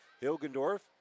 Hilgendorf